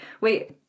wait